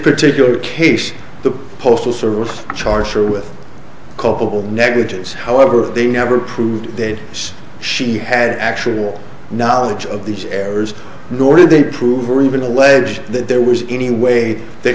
particular case the postal service charge her with culpable negligence however they never proved that she had actual knowledge of these errors nor did they prove or even allege that there was any way they